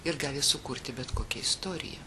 ir gali sukurti bet kokią istoriją